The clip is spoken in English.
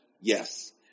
yes